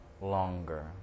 longer